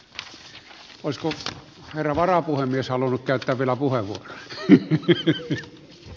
hän poistui kiire varapuhemies halunnut jatkaa vielä puhelut keskeytetään